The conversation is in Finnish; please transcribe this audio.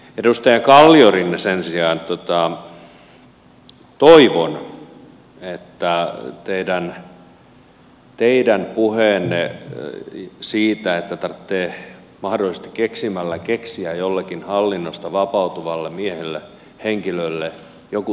edustaja kalliorinne sen sijaan teidän puheenne siitä että tarvitsee mahdollisesti keksimällä keksiä jollekin hallinnosta vapautuvalle miehelle henkilölle joku työ